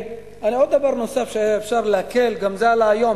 עוד דבר נוסף שהיה אפשר להקל, גם זה עלה היום.